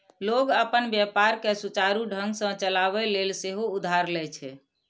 लोग अपन व्यापार कें सुचारू ढंग सं चलाबै लेल सेहो उधार लए छै